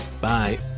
Bye